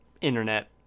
internet